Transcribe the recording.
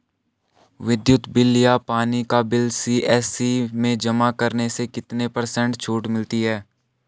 विद्युत बिल या पानी का बिल सी.एस.सी में जमा करने से कितने पर्सेंट छूट मिलती है?